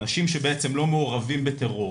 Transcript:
אנשים שבעצם לא מעורבים בטרור,